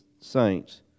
saints